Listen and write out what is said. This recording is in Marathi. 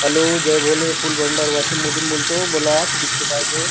हॅलो जय भोले फूल भंडार वाशिममधून बोलतो बोला किती फुलं पाहिजे